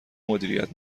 مدیریت